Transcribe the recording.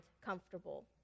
comfortable